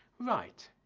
right,